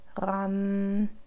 Ram